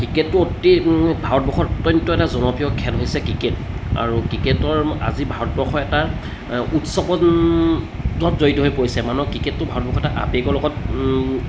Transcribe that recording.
ক্ৰিকেটটো অতি ভাৰতবৰ্ষৰ অত্যন্ত এটা জনপ্ৰিয় খেল হৈছে ক্ৰিকেট আৰু ক্ৰিকেটৰ আজি ভাৰতবৰ্ষৰ এটা উৎসৱত জড়িত হৈ পৰিছে মানুহৰ ক্ৰিকেটটো ভাৰতবৰ্ষৰ এটা আৱেগৰ লগত